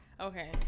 Okay